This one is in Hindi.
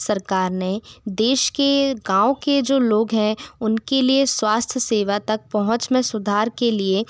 सरकार ने देश गाँव के जो लोग हैं उनके लिए स्वास्थ्य तक पहुँच में सुधार के लिए